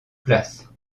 places